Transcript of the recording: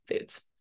foods